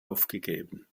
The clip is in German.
aufgegeben